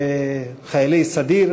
חיילי סדיר,